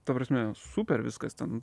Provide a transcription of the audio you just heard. ta prasme super viskas ten